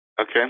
Okay